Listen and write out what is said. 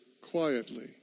quietly